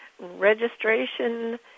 registration